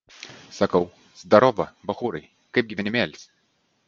sakau zdarova bachūrai kaip gyvenimėlis